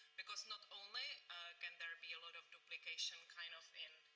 because not only can there be a lot of duplication kind of in,